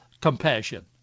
compassion